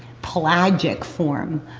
pelagic form,